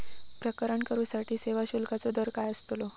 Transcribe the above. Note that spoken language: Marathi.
प्रकरण करूसाठी सेवा शुल्काचो दर काय अस्तलो?